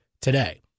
today